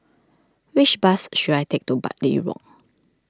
which bus should I take to Bartley Walk